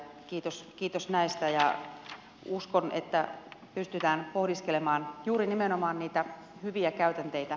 kiitos näistä ja uskon että pystytään pohdiskelemaan juuri nimenomaan niitä hyviä käytänteitä